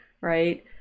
Right